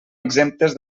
exemptes